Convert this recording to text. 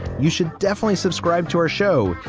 you should definitely subscribe to our show.